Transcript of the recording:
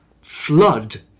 flood